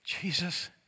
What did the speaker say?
Jesus